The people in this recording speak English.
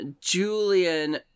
Julian